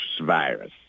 virus